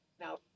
Now